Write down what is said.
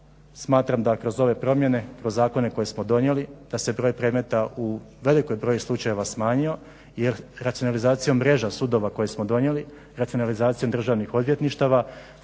smatram da kroz ove promjene, kroz zakone koje smo donijeli, da se broj predmeta u veliki broj slučajeva smanjio, jer racionalizacijom mreža sudova koje smo donijeli, racionalizacijom državnih odvjetništava